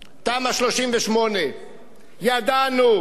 תמ"א 38, ידענו,